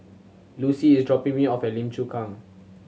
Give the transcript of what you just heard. Lucie is dropping me off at Lim Chu Kang